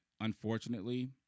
unfortunately